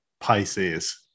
Pisces